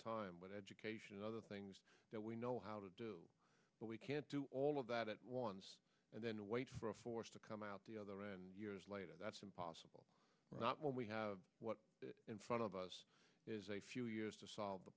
time with education and other things that we know how to do but we can't do all of that at once and then wait for a force to come out the other end years later that's impossible not when we have in front of us is a few years to solve the